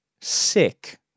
sick